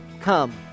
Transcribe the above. Come